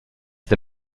the